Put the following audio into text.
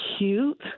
cute